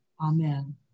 Amen